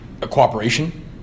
cooperation